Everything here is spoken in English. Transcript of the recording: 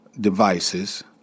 devices